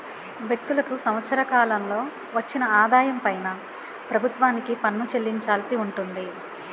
వ్యక్తులకు సంవత్సర కాలంలో వచ్చిన ఆదాయం పైన ప్రభుత్వానికి పన్ను చెల్లించాల్సి ఉంటుంది